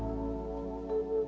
or